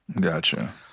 Gotcha